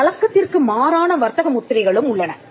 சில வழக்கத்திற்கு மாறான வர்த்தக முத்திரைகளும் உள்ளன